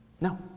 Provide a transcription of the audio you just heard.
No